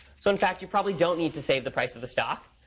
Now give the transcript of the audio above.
so in fact, you probably don't need to save the price of the stock.